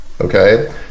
okay